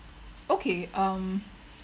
okay um